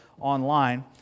online